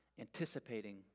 anticipating